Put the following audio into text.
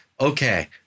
Okay